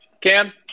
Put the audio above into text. Cam